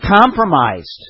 compromised